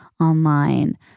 online